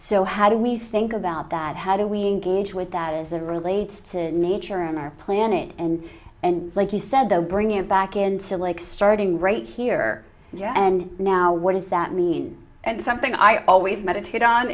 so how do we think about that how do we engage with that as a relates to nature in our planet and and like you said though bringing it back into like starting right here and here and now what does that mean and something i always meditate on